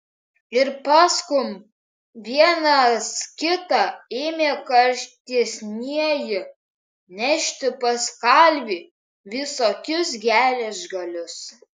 ir paskum vienas kitą ėmė karštesnieji nešti pas kalvį visokius geležgalius